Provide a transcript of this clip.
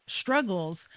struggles